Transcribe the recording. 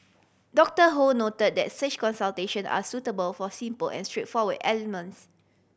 Doctor Ho noted that such consultation are suitable for simple and straightforward ailments